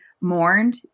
mourned